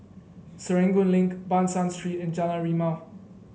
Serangoon Link Ban San Street and Jalan Rimau